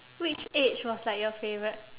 which age was like your favourite